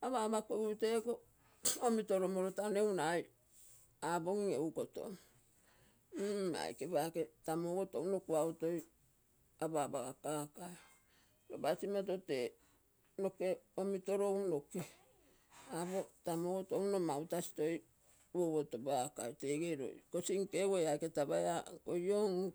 Apa apa kogigu tee iko omitoromorotono egu nagai apogim egu kotom mm aike pakee tammu ogo touno kuago toi apa apa gakakai. Lopa simoto tee nokee omitorogu, nokee apo tamu ogo tauno mau tasi. uouo topakai tege roi. Kosinke oge ee aike tapaia oi oo mm